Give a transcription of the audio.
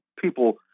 People